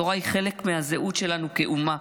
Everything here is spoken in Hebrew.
התורה היא חלק מהזהות שלנו כאומה.